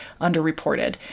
underreported